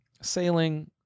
sailing-